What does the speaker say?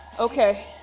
Okay